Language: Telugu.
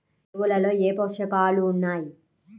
ఎరువులలో ఏ పోషకాలు ఉన్నాయి?